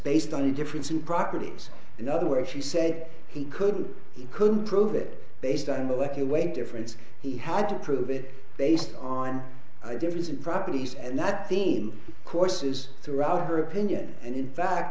based on a difference in properties in other words he said he couldn't he couldn't prove it based on molecular weight difference he had to prove it based on ideas and properties and that theme courses through out her opinion and in fact